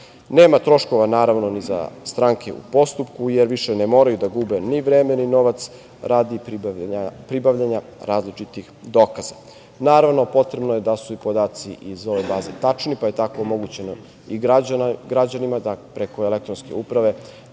Nema troškova naravno ni za stranke u postupku, jer više ne moraju da gube ni vreme, ni novac radi pribavljanja različitih dokaza. Naravno potrebno je da su i podaci iz ove baze tačni, pa tako je omogućeno i građanima da preko e-uprave